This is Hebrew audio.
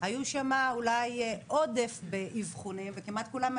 היו שם אולי עודף באבחונים וכמעט כולם,